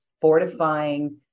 fortifying